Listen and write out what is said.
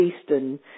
Eastern